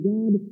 God